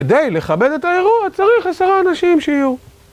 כדי לכבד את האירוע צריך עשרה אנשים שיהיו